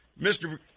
Mr